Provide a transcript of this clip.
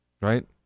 right